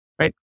right